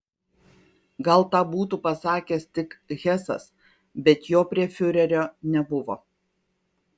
gal tą būtų pasakęs tik hesas bet jo prie fiurerio nebuvo